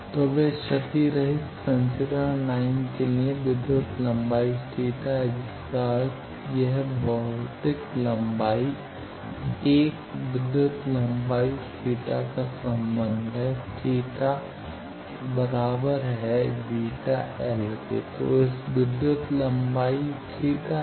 तो वे क्षतिरहित संचरण लाइन के लिए विद्युत लंबाई θ हैं जिसका अर्थ है यदि भौतिक लंबाई l विद्युत लंबाई θ का संबंध है θ βl तो इस की विद्युत लंबाई θ है